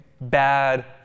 bad